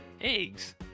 Eggs